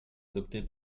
adopté